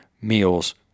meals